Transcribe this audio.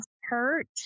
hurt